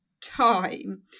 time